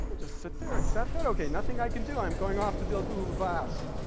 just sit there? accept it? okay, nothing i can do? i'm going off to build google glass.